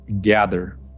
gather